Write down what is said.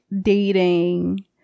dating